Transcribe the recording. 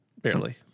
Barely